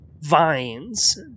Vines